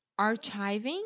archiving